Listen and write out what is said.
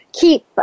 keep